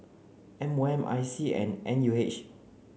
M O M I C and N U H